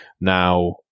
Now